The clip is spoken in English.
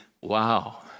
wow